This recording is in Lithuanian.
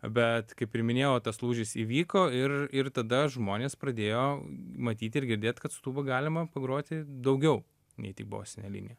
bet kaip ir minėjau tas lūžis įvyko ir ir tada žmonės pradėjo matyt ir girdėt kad su tūba galima pagroti daugiau nei tik bosinę liniją